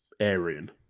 Aryan